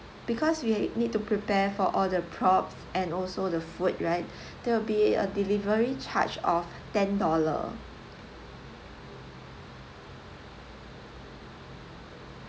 because we need to prepare for all the props and also the food right there will be a delivery charge of ten dollar